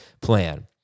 plan